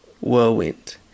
whirlwind